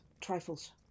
Trifles